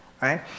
right